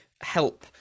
help